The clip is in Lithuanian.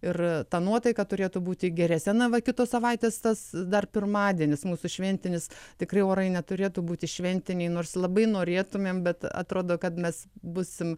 ir ta nuotaika turėtų būti geresnė na va kitos savaitės tas dar pirmadienis mūsų šventinis tikri orai neturėtų būti šventiniai nors labai norėtumėm bet atrodo kad mes būsim